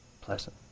pleasant